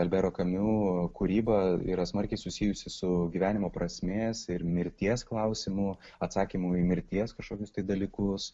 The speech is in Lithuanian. alberto kamiu kūryba yra smarkiai susijusi su gyvenimo prasmės ir mirties klausimu atsakymu į mirties kažkokius dalykus